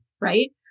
right